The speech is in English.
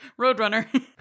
Roadrunner